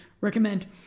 recommend